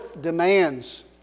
demands